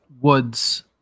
Woods